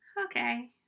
okay